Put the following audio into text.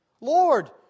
Lord